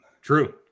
True